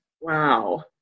Wow